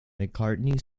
mccartney